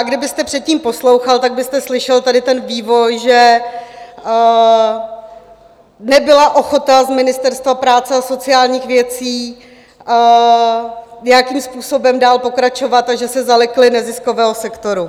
A kdybyste předtím poslouchal, tak byste slyšel tady ten vývoj, že nebyla ochota z Ministerstva práce a sociálních věcí nějakým způsobem dál pokračovat a že se zalekli neziskového sektoru.